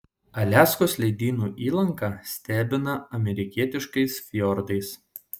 aliaskos ledynų įlanka stebina amerikietiškais fjordais